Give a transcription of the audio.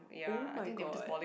oh-my-god